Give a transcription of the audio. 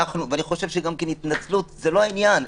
ואני חושב שגם כן התנצלות זה לא העניין,